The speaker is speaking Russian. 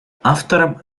автором